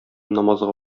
намазга